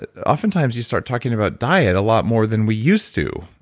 ah oftentimes you start talking about diet a lot more than we used to.